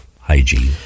hygiene